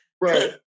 right